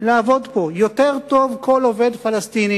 לעבוד פה, יותר טוב כל עובד פלסטיני